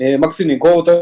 מקסימום נמכר אותם,